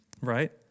right